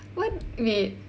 what wait